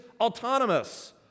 autonomous